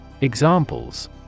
Examples